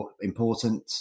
important